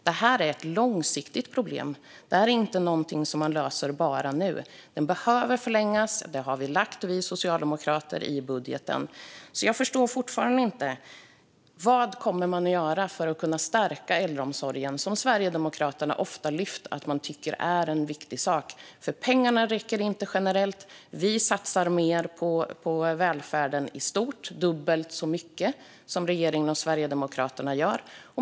Det här är ett långsiktigt problem. Det är inte något som man löser bara nu. Lyftet behöver förlängas, och det har vi socialdemokrater lagt i vår budget, så jag förstår fortfarande inte. Vad kommer man att göra för att stärka äldreomsorgen, som Sverigedemokraterna ofta lyfter fram som en viktig sak? Pengarna räcker inte generellt. Vi satsar mer på välfärden i stort - dubbelt så mycket som regeringen och Sverigedemokraterna gör.